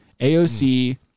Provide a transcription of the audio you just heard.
AOC